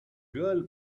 girl